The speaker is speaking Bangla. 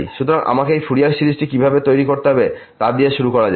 সুতরাং আমাকে এই ফুরিয়ার সিরিজটি কীভাবে তৈরি করতে হবে তা দিয়ে শুরু করা যাক